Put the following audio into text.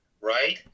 right